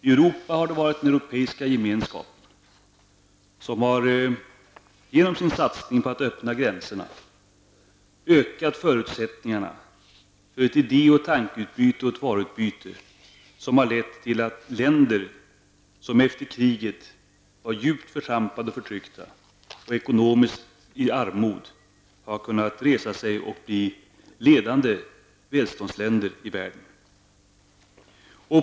I Europa har det varit Europeiska gemenskapen, som genom sin satsning på att öppna gränserna har ökat förutsättningarna för ett idé-, tanke och varuutbyte, som har lett till att länder som efter kriget var djupt förtrampade och förtryckta och i ekonomiskt armod har kunnat resa sig och bli ledande välståndsländer i världen.